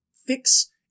fix